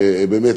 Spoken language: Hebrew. באמת,